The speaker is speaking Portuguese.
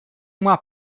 uma